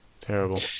Terrible